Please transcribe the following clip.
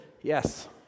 yes